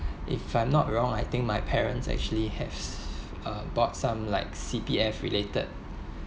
if I'm not wrong I think my parents actually has uh bought some like C_P_F related